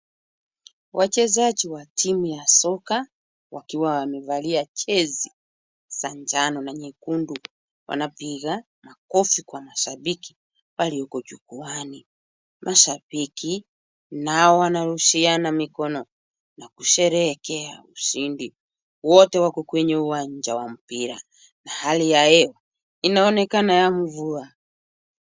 wachezaji wa timu ya soka wakiwa wamevalia jezi za njano na nyekundu wanapiga makofi kwa mashabiki walioko jukuani. Mashabiki nao wanarushiana mikono na kusherehekea ushindi. Wote wako kwenye uwanja wa mpira, na hali ya hewa inaonekana ya mvua.